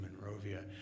Monrovia